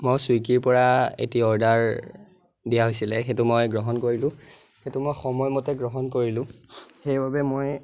মই ছুইগীৰপৰা এটি অৰ্ডাৰ দিয়া হৈছিলে সেইটো মই গ্ৰহণ কৰিলোঁ সেইটো মই সময় মতে গ্ৰহণ কৰিলোঁ সেইবাবে মই